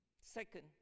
second